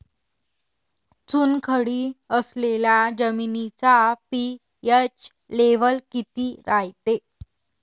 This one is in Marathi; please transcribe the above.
चुनखडी असलेल्या जमिनीचा पी.एच लेव्हल किती रायते?